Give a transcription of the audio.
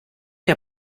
der